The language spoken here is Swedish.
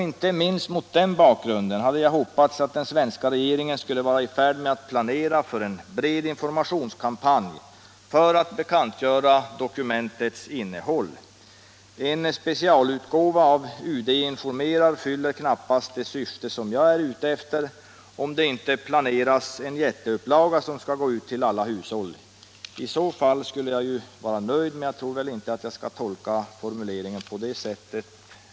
Inte minst mot den bakgrunden hade jag hoppats att — Lo informationskampanj för att bekantgöra dokumentets innehåll. En spe Om åtgärder för att cialutgåva av ”UD informerar” fyller knappast det syfte som jag är ute sprida kännedom = efter, om det inte planeras en jätteupplaga som skall gå ut till alla hushåll. om slutdokumentet I så fall skulle jag ju vara nöjd, men jag tror inte att jag skall tolka från Helsingfors formuleringen på det sättet.